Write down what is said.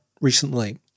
recently